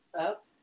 up